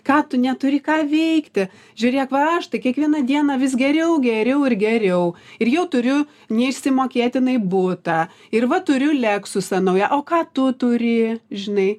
ką tu neturi ką veikti žiūrėk va aš tai kiekvieną dieną vis geriau geriau ir geriau ir jau turiu neišsimokėtinai butą ir va turiu leksusą naują o ką tu turi žinai